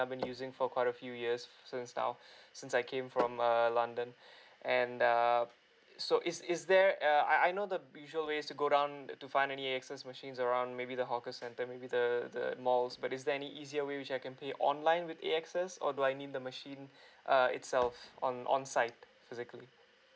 I been using for quite a few years since now since I came from err london and err so is is there a I I know the usual way is to go down to find an A S X machines around maybe the hawker centre maybe the the malls but is there any easier which I can pay online with A S X or do I need the machine err itself on on site physically